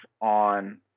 on